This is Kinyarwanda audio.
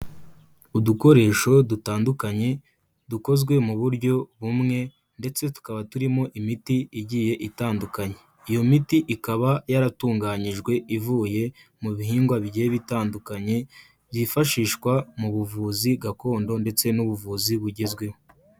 Udukoresho dutandukanye dukozwe mu buryo bumwe ndetse tukaba turimo imiti igiye itandukanye, iyo miti ikaba yaratunganyijwe ivuye mu bihingwa bigiye bitandukanye byifashishwa mu buvuzi gakondo ndetse n'ubuvuzi bugezweho.